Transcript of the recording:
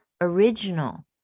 Original